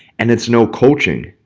and it's no coaching.